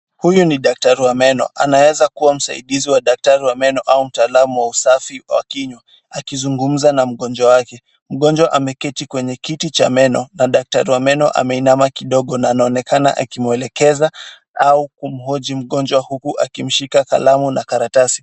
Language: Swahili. Huyu ni daktari wa meno, anaeza kua msaidizi wa daktari wa meno au mtaalamu wa usafi wa kinywa akizungumza na mgonjwa wake. Mgonjwa ameketi kwenye kiti cha meno na daktari wa meno ameinama kidogo na anaonekana akimwelekeza au kumhoji mgonjwa huku akimshika kalamu na karatasi.